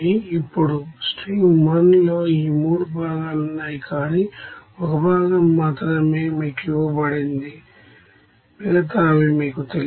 ఇప్పుడు స్ట్రీమ్ 1 లో ఈ 3 భాగాలు ఉన్నాయి కానీ ఒక భాగం మాత్రమే మీకు ఇవ్వబడింది మిగతావి మీకు తెలియదు